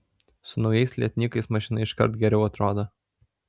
su naujais lietnykais mašina iškart geriau atrodo